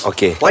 Okay